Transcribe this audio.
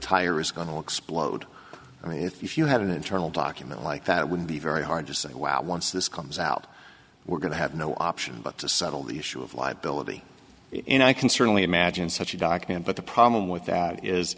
tire is going to explode and if you had an internal document like that would be very hard to say well once this comes out we're going to have no option but to settle the issue of liability in i can certainly imagine such a document but the problem with that is